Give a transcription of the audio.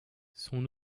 son